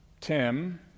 Tim